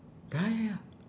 ya ya ya